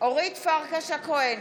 אורית פרקש הכהן,